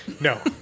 No